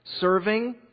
serving